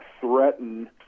threaten